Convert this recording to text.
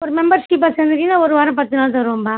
ஒரு மெம்பர்ஸ்சிப்பா சேர்ந்துட்டீங்கனா ஒரு வாரம் பத்து நாள் தருவோம்ப்பா